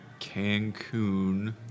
Cancun